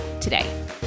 today